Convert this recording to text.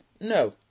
No